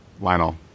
Lionel